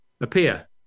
appear